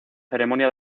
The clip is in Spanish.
ceremonia